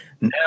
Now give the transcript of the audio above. Now